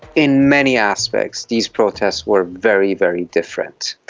in many aspects these protests were very, very different.